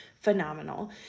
phenomenal